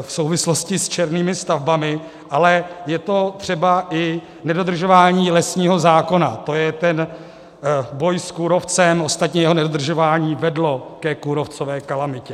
v souvislosti s černými stavbami, ale je to třeba i nedodržování lesního zákona, to je ten boj s kůrovcem; ostatně jeho nedodržování vedlo ke kůrovcové kalamitě.